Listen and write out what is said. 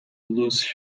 lose